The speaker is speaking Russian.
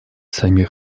самих